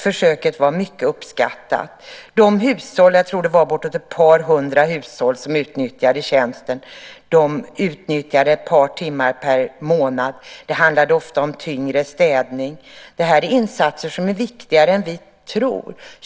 Försöket var mycket uppskattat. Jag tror att det var uppåt ett par hundra hushåll som utnyttjade tjänsten. De utnyttjade ett par timmar per månad. Det handlade ofta om tyngre städning. Det är insatser som är viktigare än vad vi tror.